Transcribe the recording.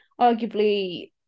Arguably